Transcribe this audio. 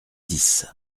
dix